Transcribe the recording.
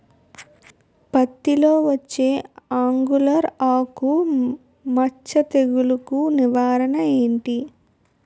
పత్తి లో వచ్చే ఆంగులర్ ఆకు మచ్చ తెగులు కు నివారణ ఎంటి?